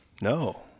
No